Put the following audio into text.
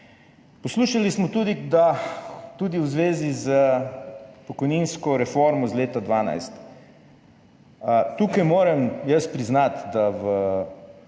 Poslušali smo v zvezi s pokojninsko reformo iz leta 2012. Tukaj moram jaz priznati, da v